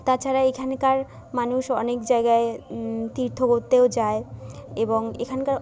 তাছাড়াও এখানকার মানুষ অনেক জায়গায় তীর্থ করতেও যায় এবং এখানকার